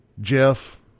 Jeff